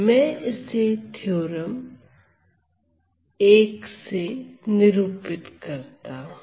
मैं इसे थ्योरम से निरूपित करता हूं